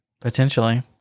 potentially